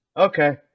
okay